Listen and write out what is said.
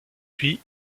puis